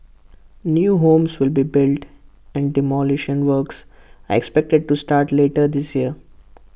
new homes will be built and demolition works are expected to start later this year